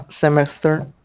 semester